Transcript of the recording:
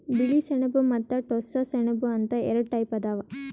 ಬಿಳಿ ಸೆಣಬ ಮತ್ತ್ ಟೋಸ್ಸ ಸೆಣಬ ಅಂತ್ ಎರಡ ಟೈಪ್ ಅದಾವ್